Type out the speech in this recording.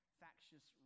factious